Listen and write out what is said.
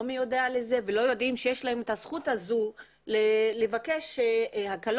מיודע בכך ולא יודע שיש לו את הזכות הזו לבקש הקלות,